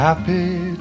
Happy